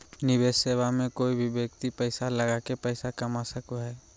निवेश सेवा मे कोय भी व्यक्ति पैसा लगा के पैसा कमा सको हय